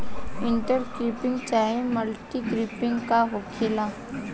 Inter cropping चाहे multiple cropping का होखेला?